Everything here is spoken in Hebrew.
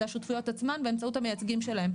השותפויות עצמן באמצעות המייצגים שלהם.